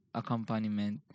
accompaniment